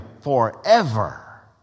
forever